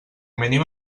mínim